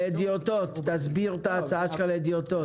האוזר, תסביר את ההצעה שלך להדיוטות.